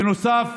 בנוסף,